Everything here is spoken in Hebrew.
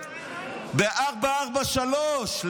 ב-443.